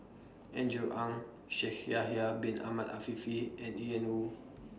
Andrew Ang Shaikh Yahya Bin Ahmed Afifi and Ian Woo